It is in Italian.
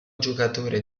giocatore